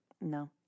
No